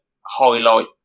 highlight